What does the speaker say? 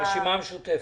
הרשימה המשותפת.